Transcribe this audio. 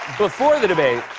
before the debate,